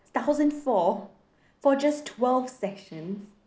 thousand four for just twelve sessions